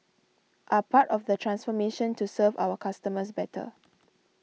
are part of the transformation to serve our customers better